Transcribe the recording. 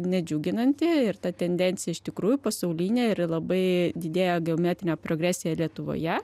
nedžiuginanti ir ta tendencija iš tikrųjų pasaulinė ir ji labai didėja geometrine progresija lietuvoje